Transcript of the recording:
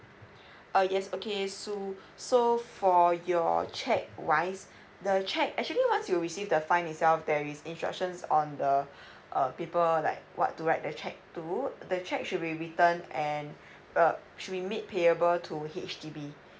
uh yes okay so so for your cheque wise the cheque actually once you receive the fine itself there is instructions on the uh paper like what to write the cheque to the cheque should be written and uh should be made payable to H_D_B